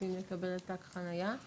ומצפים לקבל תו חניה,